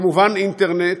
כמובן אינטרנט.